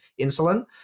insulin